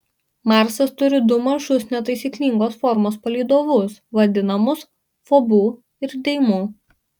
marsas turi du mažus netaisyklingos formos palydovus vadinamus fobu ir deimu